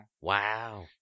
Wow